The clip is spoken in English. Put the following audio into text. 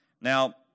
Now